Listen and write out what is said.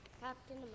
Captain